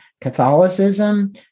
Catholicism